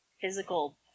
physical